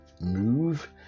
Move